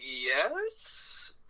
Yes